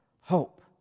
hope